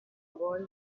boy